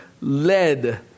led